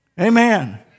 Amen